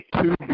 two